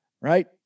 right